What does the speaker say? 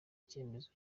icyemezo